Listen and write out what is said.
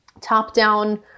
top-down